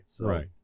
Right